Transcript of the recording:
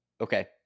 Okay